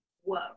Whoa